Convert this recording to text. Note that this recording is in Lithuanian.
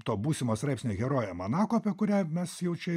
to būsimo straipsnio herojė manako apie kurią mes jau čia